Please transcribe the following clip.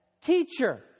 Teacher